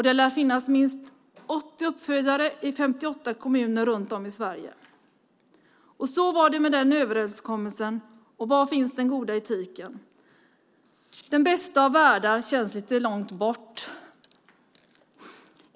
Det lär finnas minst 80 uppfödare i 58 kommuner runt om i Sverige. Så var det med den överenskommelsen. Var finns den goda etiken? Den bästa av världar känns lite långt bort.